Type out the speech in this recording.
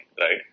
right